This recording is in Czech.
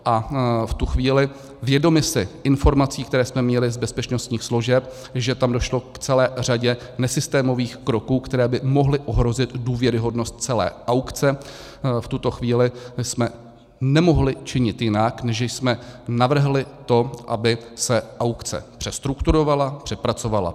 A v tu chvíli vědomi si informací, které jsme měli z bezpečnostních složek, že tam došlo k celé řadě nesystémových kroků, které by mohly ohrozit důvěryhodnost celé aukce, v tuto chvíli jsme nemohli činit jinak, než že jsme navrhli to, aby se aukce přestrukturovala, přepracovala.